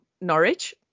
Norwich